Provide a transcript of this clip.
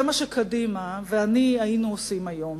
זה מה שקדימה ואני היינו עושים היום.